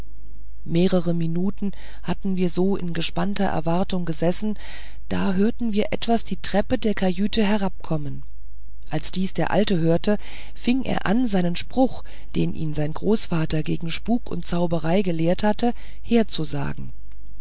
mehrere minuten hatten wir so in gespannter erwartung gesessen da hörten wir etwas die treppe der kajüte herabkommen als dies der alte hörte fing er an seinen spruch den ihn sein großvater gegen spuk und zauberei gelehrt hatte